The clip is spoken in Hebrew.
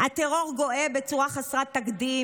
"הטרור גואה בצורה חסרת תקדים.